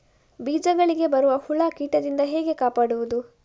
ಬೀಜಗಳಿಗೆ ಬರುವ ಹುಳ, ಕೀಟದಿಂದ ಹೇಗೆ ಕಾಪಾಡುವುದು?